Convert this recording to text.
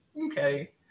Okay